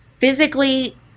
physically